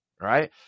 right